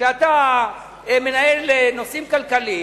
כשאתה מנהל נושאים כלכליים,